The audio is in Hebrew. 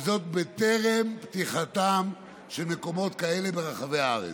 וזאת בטרם פתיחתם של מקומות כאלה ברחבי הארץ.